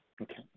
Okay